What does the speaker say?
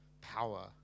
power